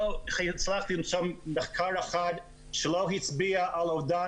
לא הצלחתי למצוא מחקר אחד שלא הצביע על אובדן